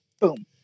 boom